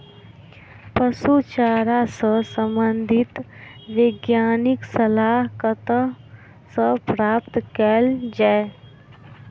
पशु चारा सऽ संबंधित वैज्ञानिक सलाह कतह सऽ प्राप्त कैल जाय?